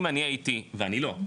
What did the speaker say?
אם אני הייתי ואני לא,